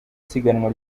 siganwa